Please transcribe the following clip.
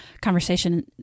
conversation